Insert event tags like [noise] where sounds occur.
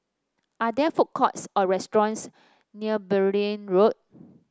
are there food courts or restaurants near Beaulieu Road [noise]